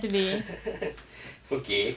okay